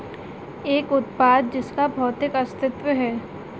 एक उत्पाद जिसका भौतिक अस्तित्व है?